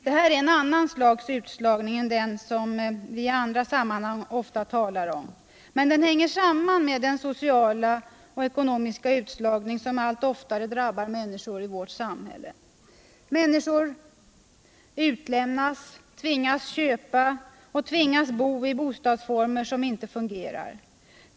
Det här är en annan sorts utslagning än den vi i andra sammanhang ofta talar om, men den hänger samman med den sociala och ekonomiska utslagning som allt oftare drabbar människor i vårt samhälle. Människor utlämnas, tvingas köpa och tvingas bo i bostadsformer som inte fungerar.